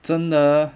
真的